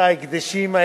(מס' 20),